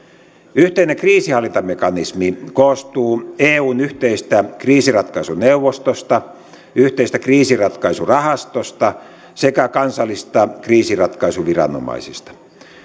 yhteinen kriisihallintamekanismi koostuu eun yhteisestä kriisinratkaisuneuvostosta yhteisestä kriisinratkaisurahastosta sekä kansallisista kriisinratkaisuviranomaisista